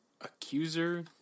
Accuser